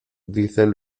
dicen